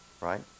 right